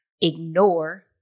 ignore